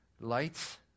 lights